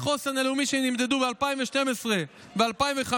שנמדדו ב-2012 ו-2015